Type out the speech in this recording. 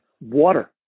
Water